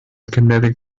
kinetic